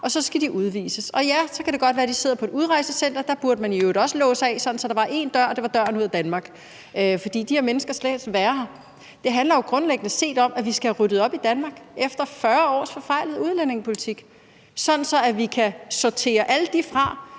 og så skal de udvises. Og ja, så kan det godt være, at de sidder på et udrejsecenter. Der burde man i øvrigt også låse af, sådan at der var én dør, nemlig døren ud af Danmark. De her mennesker skal slet ikke være her. Det handler jo grundlæggende set om, at vi skal have ryddet op i Danmark efter 40 års forfejlet udlændingepolitik, sådan at vi kan sortere alle dem fra,